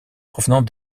provenant